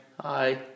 Hi